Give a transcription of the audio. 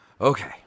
Okay